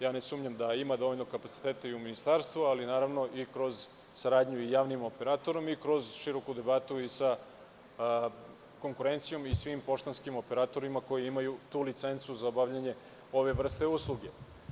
Ja ne sumnjam da ima dovoljno kapaciteta i u Ministarstvu, ali i kroz saradnju javnim operatorom i kroz široku debatu i sa konkurencijom i svim poštanskim operatorima koji imaju tu licencu za obavljanje ove vrste usluge.